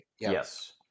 yes